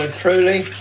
ah truly,